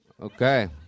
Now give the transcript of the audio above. Okay